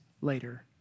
later